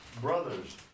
Brothers